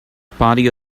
party